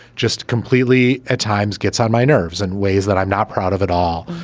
just completely at times gets on my nerves in ways that i'm not proud of at all,